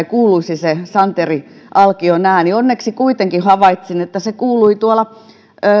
kuuluisi se santeri alkion ääni onneksi kuitenkin havaitsin että se sentään kuului tuolla